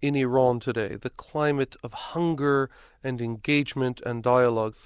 in iran today, the climate of hunger and engagement and dialogue.